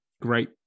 great